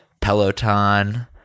Peloton